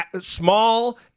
small